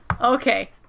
Okay